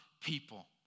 people